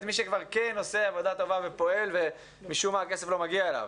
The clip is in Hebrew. מי שכבר כן עושה עבודה טובה ופועל ומשום מה הכסף לא מגיע אליו.